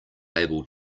able